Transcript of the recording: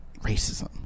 Racism